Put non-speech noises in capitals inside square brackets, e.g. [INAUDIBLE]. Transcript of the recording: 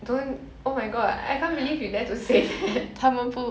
don't oh my god I can't believe you dare to say that [LAUGHS]